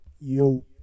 Yo